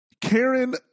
karen